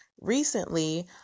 recently